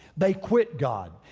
they quit god,